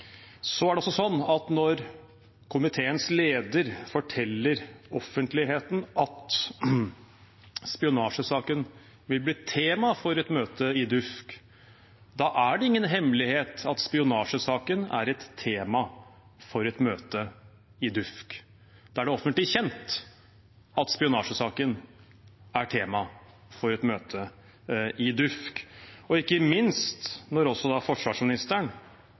Så er det også slik at når komiteens leder forteller offentligheten at spionasjesaken vil bli tema for et møte i DUUFK, da er det ingen hemmelighet at spionasjesaken er tema for et møte i DUUFK. Da er det offentlig kjent at spionasjesaken er tema for et møte i DUUFK, og ikke minst når forsvarsministeren har fortalt offentligheten at han også